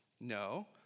No